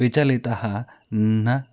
विचलिताः न